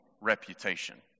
reputation